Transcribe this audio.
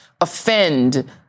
offend